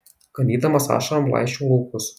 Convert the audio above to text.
ganydamas ašarom laisčiau laukus